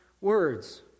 words